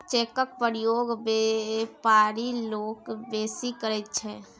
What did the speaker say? चेकक प्रयोग बेपारी लोक बेसी करैत छै